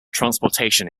transportation